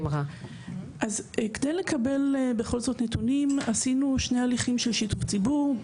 אז כדי לקבל בכל זאת נתונים עשינו שני הליכים של שיתוף ציבור,